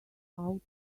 out